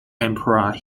emperor